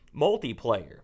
Multiplayer